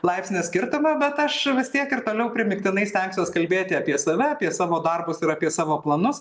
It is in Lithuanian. laipsnio skirtumą bet aš vis tiek ir toliau primygtinai stengsiuos kalbėti apie save apie savo darbus ir apie savo planus